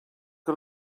que